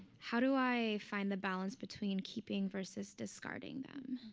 how do i find the balance between keeping versus discarding them?